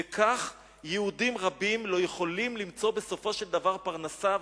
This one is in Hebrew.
וכך יהודים רבים לא יכולים למצוא בסופו של דבר פרנסה,